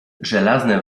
żelazne